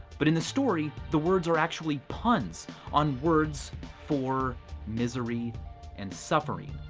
but in the story, the words are actually puns on words for misery and suffering.